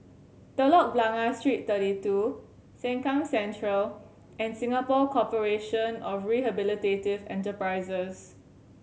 Telok Blangah Street Thirty Two Sengkang Central and Singapore Corporation of Rehabilitative Enterprises